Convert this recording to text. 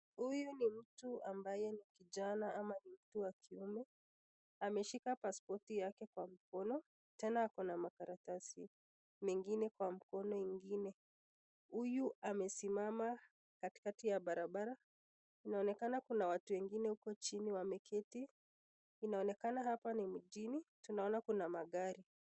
Huyu ni mtu ambaye ni kijana ama ni mtu wa kiume, ameshika pasipoti yake kwa mkono tena ako na makaratasi mengine kwa mkono ingine, huyu amesimama katikati ya barabara, inaonekana kuna watu wengine uko chini wameketi, inaonekana hapa ni mjini, tunaona kuna magari.